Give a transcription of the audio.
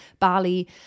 Bali